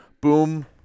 Boom